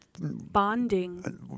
bonding